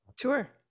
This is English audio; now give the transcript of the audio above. Sure